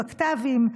בקת"בים.